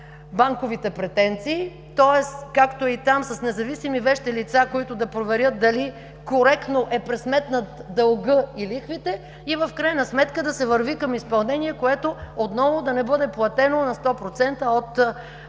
банковите претенции, тоест както и там с независими вещи лица, които да проверят дали коректно е пресметнат дългът и лихвите, и в крайна сметка да се върви към изпълнение, което отново да не бъде платено на 100% от длъжника.